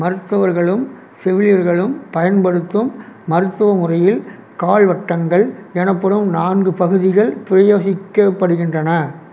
மருத்துவர்களும் செவிலியர்களும் பயன்படுத்தும் மருத்துவ முறையில் கால்வட்டங்கள் எனப்படும் நான்கு பகுதிகள் பிரயோகிக்கப்படுகின்றன